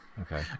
Okay